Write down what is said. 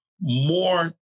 more